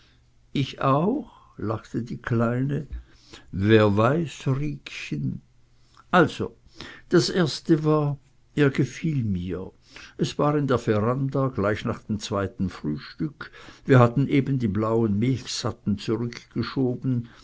ich auch lachte die kleine wer weiß riekchen also das erste war er gefiel mir es war in der veranda gleich nach dem zweiten frühstück wir hatten eben die blauen milchsatten zurückgeschoben